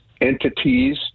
entities